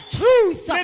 truth